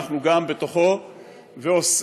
ואנחנו בתוכם,